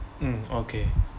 mm okay